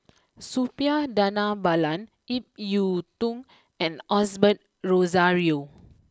Suppiah Dhanabalan Ip Yiu Tung and Osbert Rozario